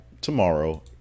tomorrow